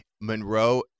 Monroe